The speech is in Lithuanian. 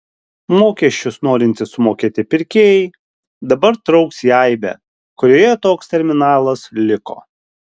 mokesčius norintys sumokėti pirkėjai dabar trauks į aibę kurioje toks terminalas liko